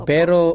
Pero